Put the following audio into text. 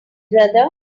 brother